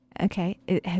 Okay